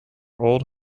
old